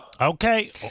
Okay